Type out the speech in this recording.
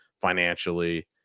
financially